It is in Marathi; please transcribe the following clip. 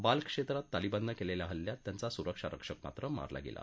बाल्क क्षेत्रात तालिबाननं केलेल्या हल्ल्यात त्यांचा सुरक्षा रक्षक मात्र मारला गेला